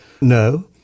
No